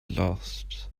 lost